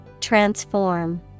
Transform